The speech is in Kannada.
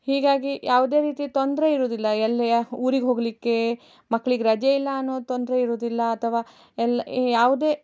ಹೀಗಾಗಿ ಯಾವುದೇ ರೀತಿಯ ತೊಂದರೆ ಇರೋದಿಲ್ಲ ಎಲ್ಲ ಯಾ ಊರಿಗೆ ಹೋಗಲಿಕ್ಕೆ ಮಕ್ಳಿಗೆ ರಜೆ ಇಲ್ಲಾ ಅನ್ನುವ ತೊಂದರೆ ಇರೋದಿಲ್ಲ ಅಥವಾ ಎಲ್ಲ ಯಾವುದೇ